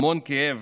המון כאב,